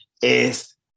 es